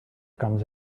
comes